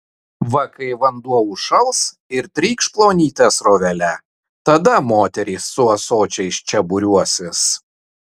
va kai vanduo užšals ir trykš plonyte srovele tada moterys su ąsočiais čia būriuosis